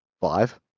five